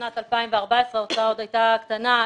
שבשנת 2014 ההוצאה עוד הייתה קטנה,